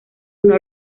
una